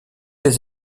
les